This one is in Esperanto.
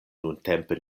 nuntempe